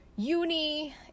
uni